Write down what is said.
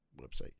website